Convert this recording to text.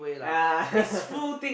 ah